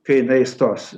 kai na įstos